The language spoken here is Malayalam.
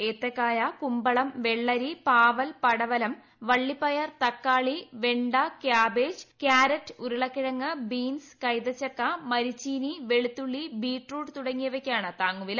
ഏത്തക്കായ കുമ്പളം വെള്ളരി പാവൽ പടവലം വള്ളീപ്പയർ തക്കാളി വെണ്ട കൃാബേജ് കാരറ്റ് ഉരുളക്കിഴങ്ങ് ബ്ലീൻസ് കൈതച്ചുക്ക മരിച്ചീനി വെളുത്തുള്ളി ബീറ്റ്റൂട്ട് തുടങ്ങിയിപ്പൂയ്ക്കാണ് താങ്ങുവില